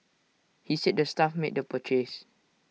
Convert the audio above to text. he said the staff made the purchase